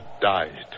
died